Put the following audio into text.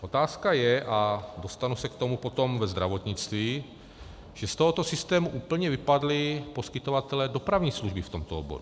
Otázka je, a dostanu se k tomu potom ve zdravotnictví, že z tohoto systému úplně vypadli poskytovatelé dopravní služby v tomto oboru.